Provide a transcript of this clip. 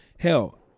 Hell